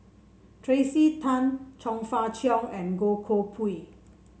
Tracey Tan Chong Fah Cheong and Goh Koh Pui